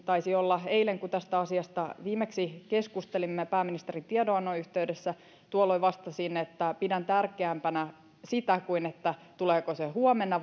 taisi olla eilen kun tästä asiasta viimeksi keskustelimme pääministerin tiedonannon yhteydessä ja tuolloin vastasin että tärkeämpänä kuin sitä tuleeko se huomenna